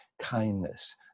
Kindness